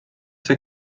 see